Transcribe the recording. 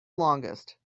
longest